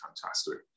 fantastic